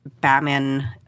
Batman